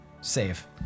Save